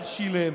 איך שילם,